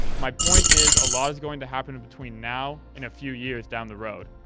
my point is, a lot is going to happen between now and a few years down the road.